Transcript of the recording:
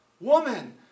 woman